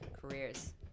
careers